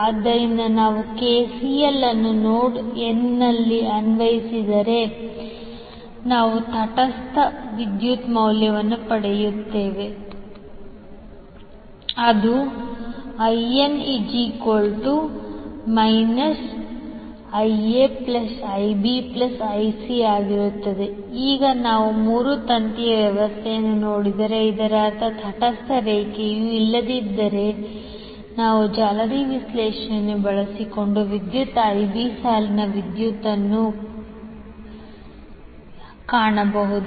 ಆದ್ದರಿಂದ ನಾವು ಕೆಸಿಎಲ್ ಅನ್ನು ನೋಡ್ n ನಲ್ಲಿ ಅನ್ವಯಿಸಿದರೆ ನಾವು ತಟಸ್ಥ ವಿದ್ಯುತ್ ಮೌಲ್ಯವನ್ನು ಪಡೆಯುತ್ತೇವೆ 𝐈𝑛 −𝐈𝑎 𝐈𝑏 𝐈𝑐 ಈಗ ನಾವು ಮೂರು ತಂತಿಯ ವ್ಯವಸ್ಥೆಯನ್ನು ನೋಡಿದರೆ ಇದರರ್ಥ ತಟಸ್ಥ ರೇಖೆಯು ಇಲ್ಲದಿದ್ದರೆ ನಾವು ಜಾಲರಿ ವಿಶ್ಲೇಷಣೆಯನ್ನು ಬಳಸಿಕೊಂಡು ವಿದ್ಯುತ್ 𝐈𝑏 ಸಾಲಿನ ವಿದ್ಯುತ್ ಇನ್ನೂ ಕಾಣಬಹುದು